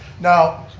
now,